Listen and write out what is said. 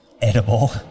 edible